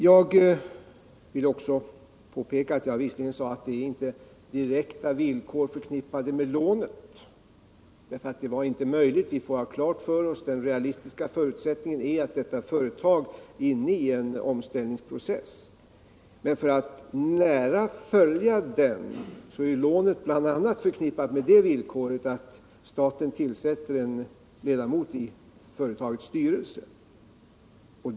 Jag vill också påpeka att jag visserligen sade att det inte är några direkta villkor förknippade med lånet. Det var inte möjligt. Vi får ha klart för oss att den realistiska förutsättningen var att företaget är inne i en omställningsprocess. Men för att vi skall kunna nära följa den är lånet förknippat med bl.a. det villkoret att staten skall tillsätta en ledamot i företagets styrelse.